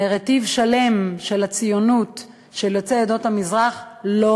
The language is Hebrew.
נרטיב שלם של הציונות של יוצאי עדות המזרח לא